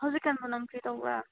ꯍꯧꯖꯤꯛ ꯀꯥꯟꯕꯨ ꯅꯪ ꯀꯔꯤ ꯇꯧꯕ꯭ꯔꯥ